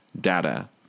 data